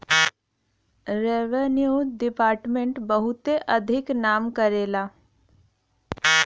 revenue department बहुते अधिक नाम करेला